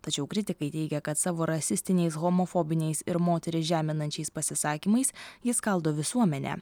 tačiau kritikai teigia kad savo rasistiniais homofobiniais ir moteris žeminančiais pasisakymais jis skaldo visuomenę